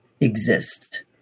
exist